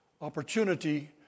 opportunity